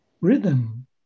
rhythm